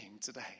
today